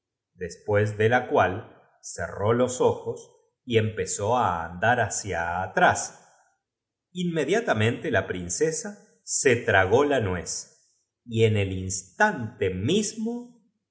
después de la cual cerró los ojos y empezó á andar hacia atrás inmediatamente la princesa se tragó la nuez y en el instante mismo